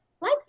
life